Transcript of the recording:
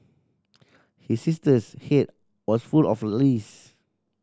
his sister head was full of lice